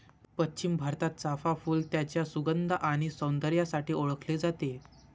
पश्चिम भारतात, चाफ़ा फूल त्याच्या सुगंध आणि सौंदर्यासाठी ओळखले जाते